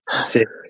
six